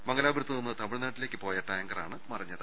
മംഗലാപുരത്തുനിന്ന് തമിഴ്നാട്ടിലേക്ക് പോയ ടാങ്കറാണ് മറി ഞ്ഞത്